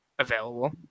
available